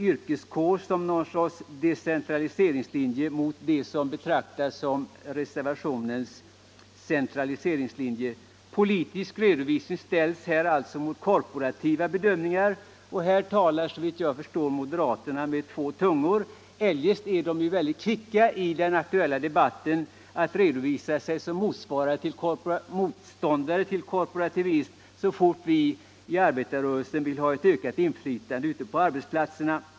Det skall vara någon sorts decentraliseringslinje i förhållande till reservationens s.k. centraliseringslinje. Politisk redovisning ställs alltså mot korporativa bedömningar. Här talar såvitt jag förstår moderaterna med två tungor. I den aktuella debatten eljest är de ju väldigt kvicka att uppträda som motståndare till korporativism, så fort vi i arbetarrörelsen vill ha ökat inflytande på arbetsplatserna.